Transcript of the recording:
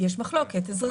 יש מחלוקת אזרחית.